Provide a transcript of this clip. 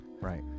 Right